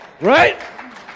Right